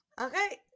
okay